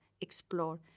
explore